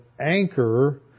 anchor